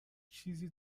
چیزی